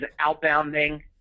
outbounding